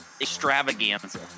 extravaganza